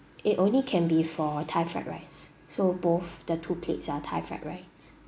it only can be for thai fried rice so both the two plates are thai fried rice